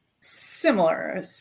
similar